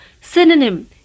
Synonym